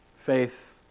Faith